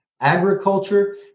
agriculture